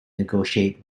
negotiate